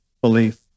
belief